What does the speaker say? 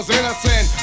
innocent